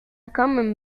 common